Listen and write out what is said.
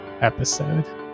episode